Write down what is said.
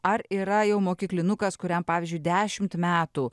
ar yra jau mokyklinukas kuriam pavyzdžiui dešimt metų